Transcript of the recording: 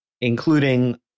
including